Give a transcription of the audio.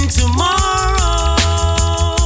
tomorrow